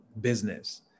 business